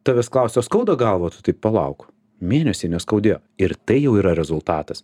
tavęs klausia skauda galvą tu taip palauk mėnesį neskaudėjo ir tai jau yra rezultatas